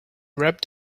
wrapped